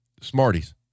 Smarties